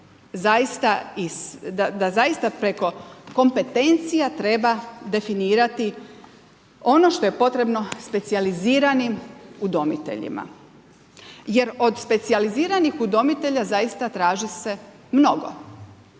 da zaista preko kompetencija treba definirati ono što je potrebno specijaliziranim udomiteljima. Jer od specijaliziranih udomitelja zaista traži se mnogo.